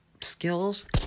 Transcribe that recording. skills